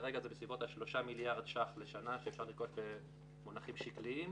כרגע זה בסביבות 3 מיליארד ש"ח לשנה שאפשר לרכוש במונחים שקליים.